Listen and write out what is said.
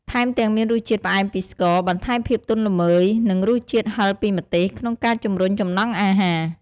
ថែមទាំងមានរសជាតិផ្អែមពីស្ករ បន្ថែមភាពទន់ល្មើយ និងរសជាតិហឹរពីម្ទេស ក្នុងការជំរុញចំណង់អាហារ។